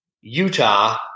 Utah